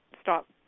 stop